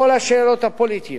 כל השאלות הפוליטיות,